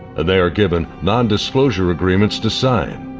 and they are given non-disclosure agreements to sign.